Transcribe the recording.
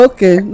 Okay